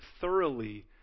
thoroughly